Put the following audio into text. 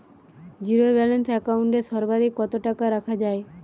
Zero balance account এ সর্বাধিক কত টাকা রাখা য়ায়?